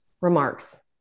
remarks